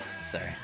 Sorry